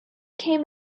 came